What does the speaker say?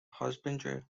husbandry